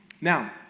now